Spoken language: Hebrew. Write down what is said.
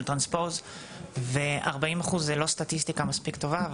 טרנספוז ו-40% זה לא סטטיסטיקה מספיק טובה.